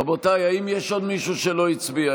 רבותיי, האם יש עוד מישהו שלא הצביע?